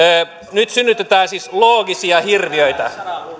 nyt synnytetään siis loogisia hirviöitä